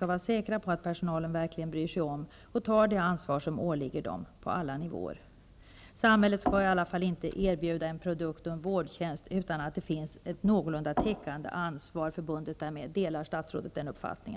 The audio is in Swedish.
vara säker på att personalen verkligen bryr sig om och tar det ansvar som åligger den på alla nivåer, måste då inte skadeståndsansvaret ligga på vårdaren? Samhället skall i varje fall inte erbjuda en produkt och en vårdtjänst utan att det finns ett någorlunda täckande ansvar förbundet därmed. Delar statsrådet den uppfattningen?